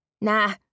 Nah